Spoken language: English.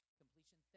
completion